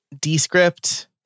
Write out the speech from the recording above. Descript